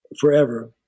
forever